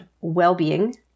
well-being